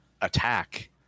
attack